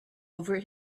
over